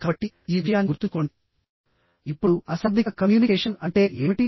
కాబట్టి ఈ విషయాన్ని గుర్తుంచుకోండి ఇప్పుడు అశాబ్దిక కమ్యూనికేషన్ అంటే ఏమిటి